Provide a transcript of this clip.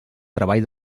treball